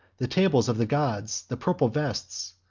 the tables of the gods, the purple vests,